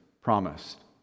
promised